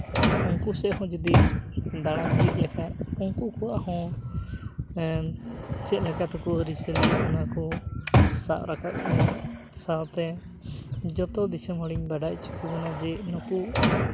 ᱩᱱᱠᱩ ᱥᱮᱫ ᱦᱚᱸ ᱡᱚᱫᱤ ᱫᱟᱬᱟ ᱛᱤᱭᱳᱜ ᱞᱮᱠᱷᱟᱡ ᱩᱱᱠᱩ ᱠᱚᱣᱟᱜ ᱦᱚᱸ ᱦᱮᱸ ᱪᱮᱫ ᱞᱮᱠᱟ ᱛᱟᱠᱚ ᱟᱹᱨᱤᱪᱟᱹᱞᱤ ᱚᱱᱟᱠᱚ ᱥᱟᱵ ᱨᱟᱠᱟᱵ ᱠᱮᱭᱟ ᱥᱟᱶᱛᱮ ᱡᱚᱛᱚ ᱫᱤᱥᱚᱢ ᱦᱚᱲᱤᱧ ᱵᱟᱲᱟᱭ ᱦᱚᱪᱚ ᱠᱮᱵᱚᱱᱟ ᱡᱮ ᱱᱩᱠᱩ